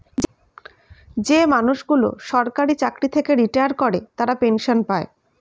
যে মানুষগুলো সরকারি চাকরি থেকে রিটায়ার করে তারা পেনসন পায়